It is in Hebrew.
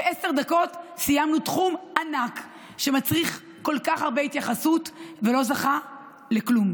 ובעשר דקות סיימנו תחום ענק שמצריך כל כך הרבה התייחסות ולא זכה לכלום.